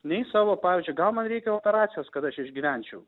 nei savo pavyzdžiui gal man reikia operacijos kad aš išgyvenčiau